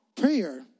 prayer